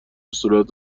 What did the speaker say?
صورت